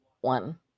one